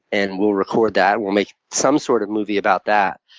and we'll record that. we'll make some sort of movie about that.